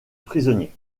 prisonnier